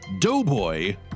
Doughboy